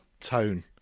tone